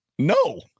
no